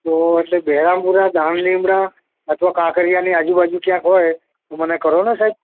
તો એટલે બહેરામપુરા દાણીલીમડા અથવા કાંકરિયાની આજુબાજુ ક્યાંક હોય તો મને કરો ને સાહેબ